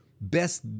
best